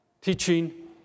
teaching